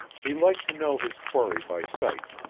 he liked to know his quarry by sight,